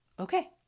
Okay